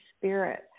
Spirit